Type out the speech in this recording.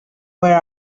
where